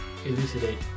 elucidate